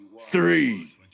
three